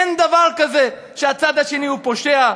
אין דבר כזה שהצד השני הוא פושע,